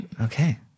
Okay